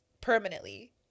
permanently